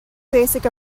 basic